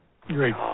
Great